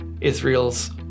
Israel's